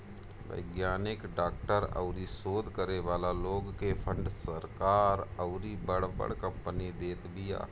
वैज्ञानिक, डॉक्टर अउरी शोध करे वाला लोग के फंड सरकार अउरी बड़ बड़ कंपनी देत बिया